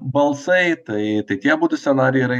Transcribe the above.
balsai tai tai tie abudu scenarijai yra